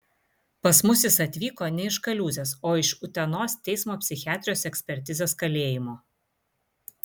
pas mus jis atvyko ne iš kaliūzės o iš utenos teismo psichiatrijos ekspertizės kalėjimo